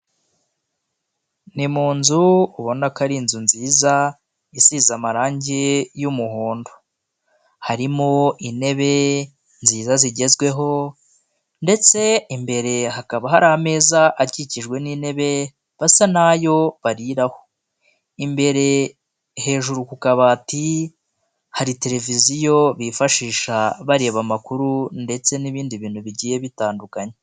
Ni mu nzu ubona ko ari inzu nziza isize amarange y'umuhondo. Harimo intebe nziza zigezweho ndetse imbere hakaba hari ameza akikijwe n'intebe basa n'ayo baririraho. Imbere hejuru ku kabati hari televiziyo bifashisha bareba amakuru ndetse n'ibindi bintu bigiye bitandukanye.